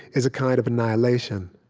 is a kind of annihilation